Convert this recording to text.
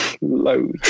loads